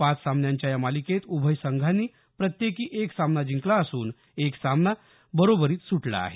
पाच सामन्यांच्या या मालिकेत उभय संघांनी प्रत्येकी एक सामना जिंकला असून एक सामना बरोबरीत सुटला आहे